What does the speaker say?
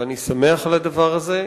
ואני שמח על הדבר הזה,